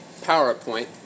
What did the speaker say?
PowerPoint